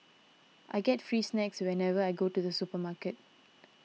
I get free snacks whenever I go to the supermarket